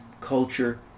culture